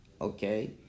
Okay